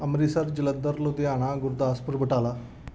Amritsar Jalandhar Ludhiana Gurdaspur Batala